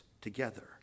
together